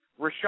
Rashad